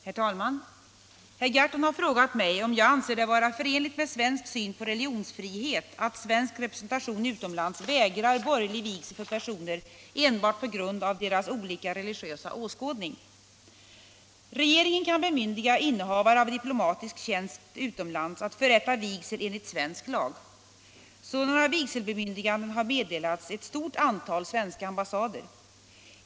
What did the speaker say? Herr talman! Herr Gahrton har frågat mig om jag anser det vara förenligt med svensk syn på religionsfrihet att svensk representation utomlands vägrar borgerlig vigsel för personer enbart på grund av deras olika religiösa åskådning. Regeringen kan bemyndiga innehavare av diplomatisk tjänst utomlands att förrätta vigsel enligt svensk lag. Sådana vigselbemyndigandeén har meddelats ett stort antal svenska ambassader.